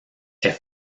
est